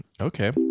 Okay